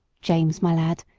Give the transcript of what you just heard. james, my lad,